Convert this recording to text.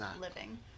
living